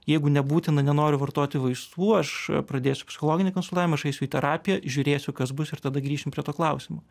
jeigu nebūtina nenoriu vartoti vaistų aš pradėsiu psichologinį konsultavimą aš eisiu į terapiją žiūrėsiu kas bus ir tada grįšim prie to klausimo